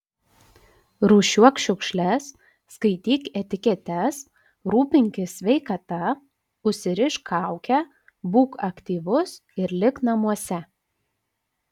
rūšiuok šiukšles skaityk etiketes rūpinkis sveikata užsirišk kaukę būk aktyvus ir lik namuose